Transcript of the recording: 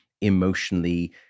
emotionally